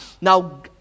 Now